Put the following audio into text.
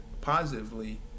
positively